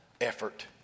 effort